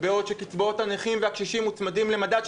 שבעוד שקצבאות הנכים והקשישים מוצמדים למדד,